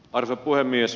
arvoisa puhemies